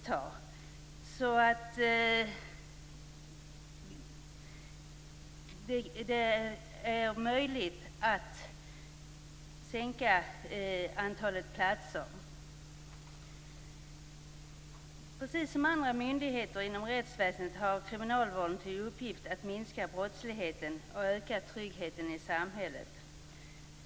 Det är alltså möjligt att sänka antalet platser. Precis som andra myndigheter inom rättsväsendet har kriminalvården till uppgift att minska brottsligheten och öka tryggheten i samhället.